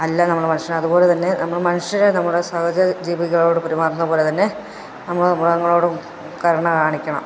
അല്ലാം നമ്മൾ മനുഷ്യന് അതുപോലെ തന്നെ നമ്മൾ മനുഷ്യരെ നമ്മുടെ സഹജീവികളോട് പെരുമാറന്നത് പോലെ തന്നെ നമ്മൾ മൃഗങ്ങളോടും കരുണ കാണിക്കണം